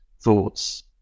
thoughts